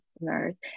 customers